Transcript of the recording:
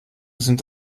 sind